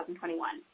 2021